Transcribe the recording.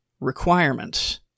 requirements